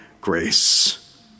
grace